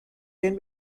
can